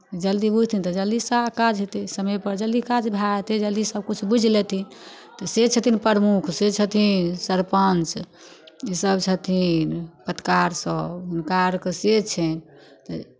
जल्दी बुझथिन तऽ जल्दी सारा काज हेतै समयपर जल्दी काज भए जेतै जल्दी सभकिछु बुझि लेतै तऽ से छथिन प्रमुख से छथिन सरपञ्च ईसभ छथिन पत्रकार सभ हुनकाआरकेँ से छनि तऽ